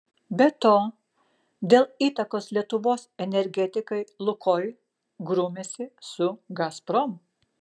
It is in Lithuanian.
be to dėl įtakos lietuvos energetikai lukoil grumiasi su gazprom